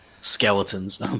skeletons